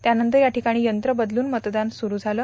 त्यानंतर या ठिकाणी यंत्र बदलून मतदान सुरू झाली